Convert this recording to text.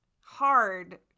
hard